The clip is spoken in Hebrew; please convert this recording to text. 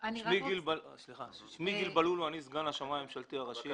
אני סגן השמאי הממשלתי הראשי.